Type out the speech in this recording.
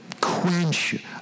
quench